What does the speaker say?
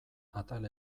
atal